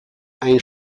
hain